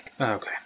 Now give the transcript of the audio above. Okay